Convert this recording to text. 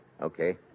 Okay